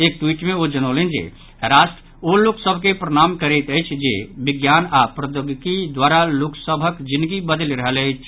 एक ट्वीट मे ओ जनौलनि जे राष्ट्र ओ लोक सभ के प्रणाम करैत अछि जे विज्ञान आओर प्रौद्योगिकी द्वारा लोक सभक जिनगी बदलि रहल छथि